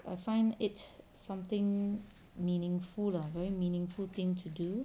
I find it something meaningful lah very meaningful thing to do